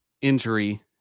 injury